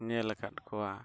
ᱧᱮᱞ ᱟᱠᱟᱫ ᱠᱚᱣᱟ